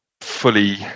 fully